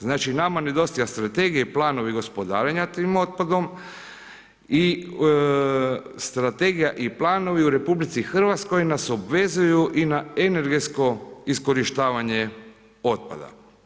Znači nama nedostaje strategija i planovi gospodarenja tim otpadom i strategija i planovi u RH na s obvezuju i na energetsko iskorištavanje otpada.